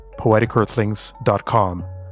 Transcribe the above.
PoeticEarthlings.com